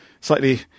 Slightly